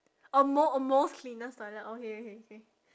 a mo~ a most cleanest toilet okay okay K